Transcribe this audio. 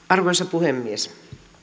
arvoisa puhemies